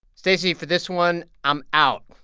stacey, for this one, i'm out.